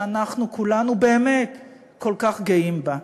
שאנחנו כולנו באמת כל כך גאים בה,